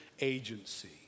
agency